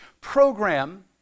program